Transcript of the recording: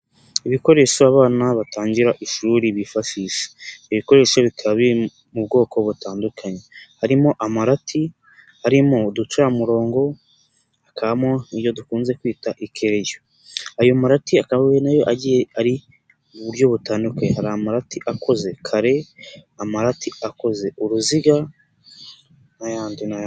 Ibikoresho abana batangira ishuri bifashisha, ibikoresho bikaba biri mu bwoko butandukanye, harimo amarati, harimo uducamurongo, hakabamo n'ibyo dukunze kwita ikereyo, ayo marati akaba ari na yo agiye ari mu buryo butandukanye, hari amarati akoze kare, amarati akoze uruziga n'ayandi n'ayandi.